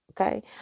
Okay